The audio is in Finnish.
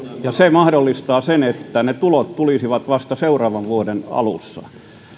ja se mahdollistaa sen että ne tulot tulisivat vasta seuraavan vuoden alussa